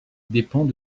dépend